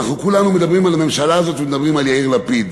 אנחנו כולנו מדברים על הממשלה הזאת ומדברים על יאיר לפיד,